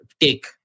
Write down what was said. take